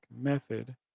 method